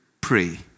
pray